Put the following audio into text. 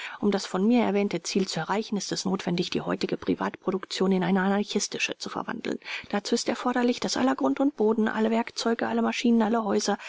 um das von mir erwähnte ziel zu erreichen ist es notwendig die heutige privatproduktion in eine anarchistische zu verwandeln dazu ist erforderlich daß aller grund und boden alle werkzeuge alle maschinen alle häuser